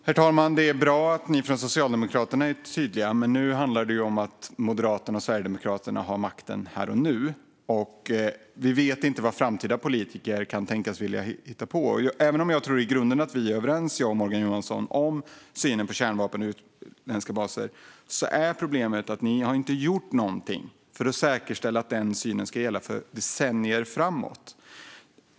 Herr talman! Det är bra att ni från Socialdemokraterna är tydliga, men nu handlar det ju om att Moderaterna och Sverigedemokraterna har makten här och nu, och vi vet inte vad framtida politiker kan tänkas vilja hitta på. Även om jag tror att jag och Morgan Johansson i grunden är överens i synen på kärnvapen och utländska baser är problemet att ni inte har gjort någonting för att säkerställa att den synen ska gälla för decennier framåt.